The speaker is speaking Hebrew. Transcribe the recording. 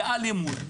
באלימות,